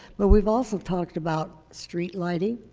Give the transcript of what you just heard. but we've also talked about street lighting,